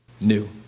new